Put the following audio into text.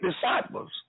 disciples